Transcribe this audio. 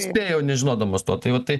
spėjau nežinodamas to tai va tai